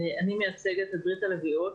אני מייצגת את ברית הלביאות,